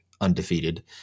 undefeated